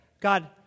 God